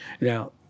Now